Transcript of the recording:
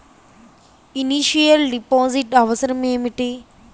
Initial deposit అవసరం ఏమిటి?